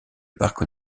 parc